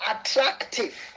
attractive